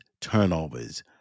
turnovers